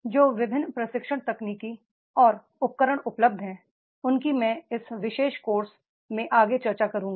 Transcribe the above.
जो विभिन्न प्रशिक्षण तकनीक और उपकरण उपलब्ध हैं उनकी मैं इस विशेष कोर्स में आगे चर्चा करूंगा